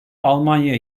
almanya